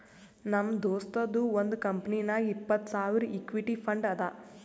ನಮ್ ದೋಸ್ತದು ಒಂದ್ ಕಂಪನಿನಾಗ್ ಇಪ್ಪತ್ತ್ ಸಾವಿರ್ ಇಕ್ವಿಟಿ ಫಂಡ್ ಅದಾ